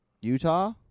Utah